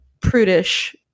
prudish